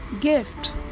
gift